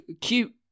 cute